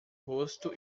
rosto